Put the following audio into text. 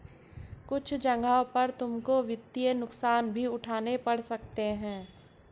कुछ जगहों पर तुमको वित्तीय नुकसान भी उठाने पड़ सकते हैं